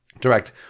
Direct